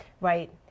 right